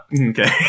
Okay